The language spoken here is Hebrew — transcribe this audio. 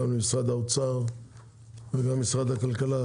גם למשרד האוצר וגם למשרד הכלכלה